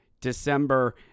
December